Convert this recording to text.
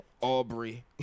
Aubrey